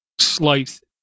slice